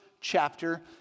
chapter